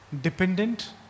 dependent